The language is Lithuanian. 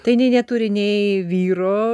tai jinai neturi nei vyro